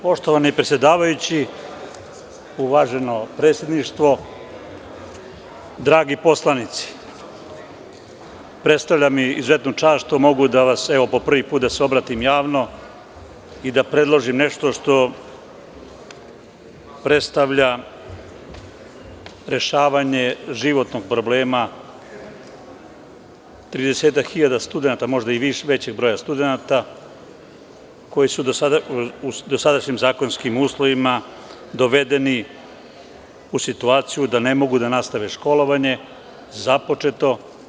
Poštovani predsedavajući, uvaženo predsedništvo, dragi poslanici, predstavlja mi izuzetnu čast što mogu po prvi put da se obratim javno i da predložim nešto što predstavlja rešavanje životnog problema 30.000 studenata, a možda i većeg broja, koji su u dosadašnjim zakonskim uslovima dovedeni u situaciju da ne mogu da nastave školovanje započeto.